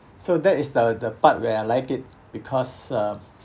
so that is the the part where like it because uh